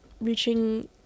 reaching